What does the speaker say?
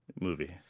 movie